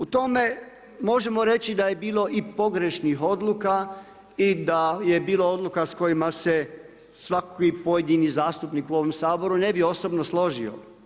U tome možemo reći da je bilo i pogrešnih odluka i da je bilo odluka sa kojima se svaki pojedini zastupnik u ovome Saboru ne bi osobno složio.